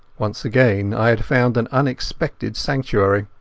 once again i had found an unexpected sanctuary.